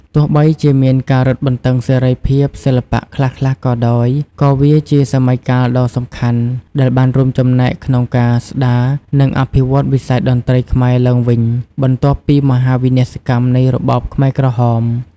ទោះបីជាមានការរឹតបន្តឹងសេរីភាពសិល្បៈខ្លះៗក៏ដោយ ក៏វាជាសម័យកាលដ៏សំខាន់ដែលបានរួមចំណែកក្នុងការស្ដារ និងអភិវឌ្ឍវិស័យតន្ត្រីខ្មែរឡើងវិញ បន្ទាប់ពីមហាវិនាសកម្មនៃរបបខ្មែរក្រហម។